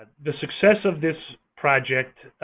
ah the success of this project